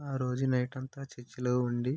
ఆ రోజు నైట్ అంతా చర్చిలో ఉండి